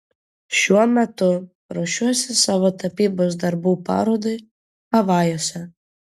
šiuo metu ruošiuosi savo tapybos darbų parodai havajuose